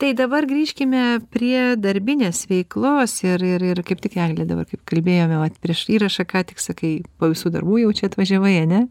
tai dabar grįžkime prie darbinės veiklos ir ir ir kaip tik eglė dabar kaip kalbėjome vat prieš įrašą ką tik sakai po visų darbų jau čia atvažiavai ane